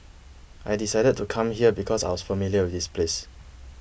I decided to come here because I was familiar with this place